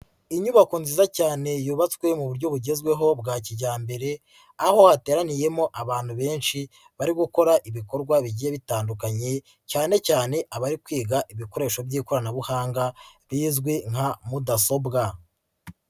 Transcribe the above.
Inyubako nziza cyane yubatswe mu buryo bugezweho bwa kijyambere, aho hateraniyemo abantu benshi bari gukora ibikorwa bigiye bitandukanye, cyane cyane abari kwiga ibikoresho by'ikoranabuhanga bizwi nka mudasobwa.